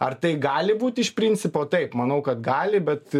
ar tai gali būti iš principo taip manau kad gali bet